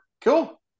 cool